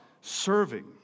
serving